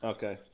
Okay